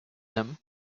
him